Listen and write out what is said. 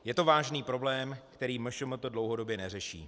Je to vážný problém, který MŠMT dlouhodobě neřeší.